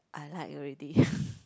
I like already